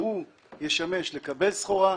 שהוא ישמש כדי לקבל סחורה,